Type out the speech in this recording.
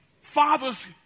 Fathers